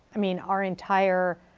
i mean our entire,